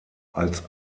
als